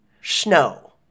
snow